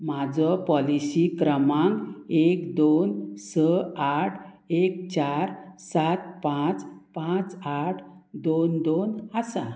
म्हाजो पॉलिसी क्रमांक एक दोन स आठ एक चार सात पांच पांच आठ दोन दोन आसा